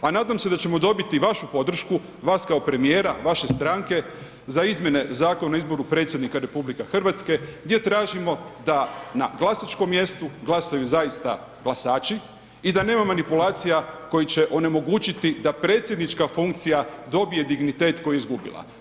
A nadam se da ćemo dobiti i vašu podršku, vas kao premijera vaše stranke za izmjena Zakona o izboru predsjednika RH gdje tražimo da na glasačkom mjestu glasaju zaista glasači i da nema manipulacija koje će onemogućiti da predsjednička funkcija dobije dignitet koji je izgubila.